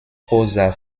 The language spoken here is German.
prosa